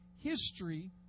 history